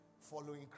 following